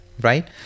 right